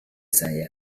saya